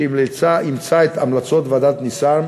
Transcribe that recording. שאימצה את המלצות ועדת ניסן,